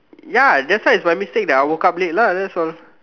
ya that's why is my mistake that I woke up late lah that's all